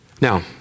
Now